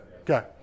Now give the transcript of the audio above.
okay